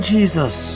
Jesus